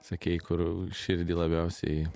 sakei kur širdį labiausiai